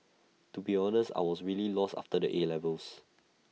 to be honest I was really lost after the 'A' levels